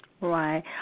Right